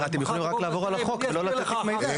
אתם יכולים רק לעבור על החוק ולא לתת תיק מידע.